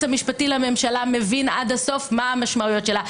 המשפטי לממשלה מבין עד הסוף מה המשמעויות שלה,